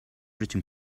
written